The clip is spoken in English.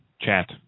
chat